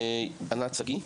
עינת שגיא.